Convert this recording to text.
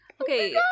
okay